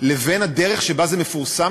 לבין הדרך שבה זה מפורסם,